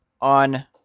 on